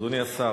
אדוני השר,